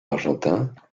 argentin